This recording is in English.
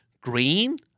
green